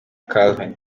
calvin